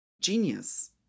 genius